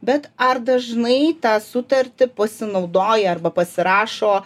bet ar dažnai tą sutartį pasinaudoja arba pasirašo